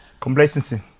Complacency